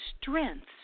strengths